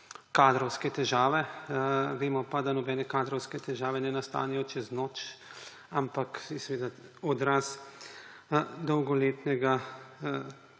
kadrovske težave. Vemo pa, da nobene kadrovske težave ne nastanejo čez noč, ampak so seveda odraz dolgoletnega